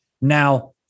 Now